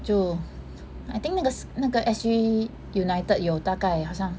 就 I think 那个那个 S_G united 有大概好像